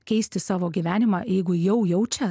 keisti savo gyvenimą jeigu jau jaučia